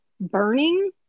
burning